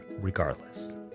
regardless